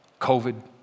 COVID